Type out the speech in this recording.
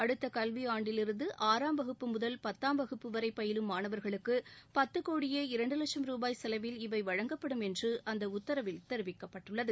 அடுத்த கல்வி ஆண்டிலிருந்து ஆறாம் வகுப்பு முதல் பத்தாம் வகுப்பு வரை பயிலும் மாணவர்களுக்கு பத்து கோடியே இரண்டு லட்சம் ரூபாய் செலவில் இவை வழங்கப்படும் என்று அந்த உத்தரவில் தெரிவிக்கப்பட்டுள்ளது